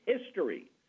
history